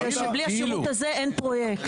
בלי שירות זה אין פרויקט.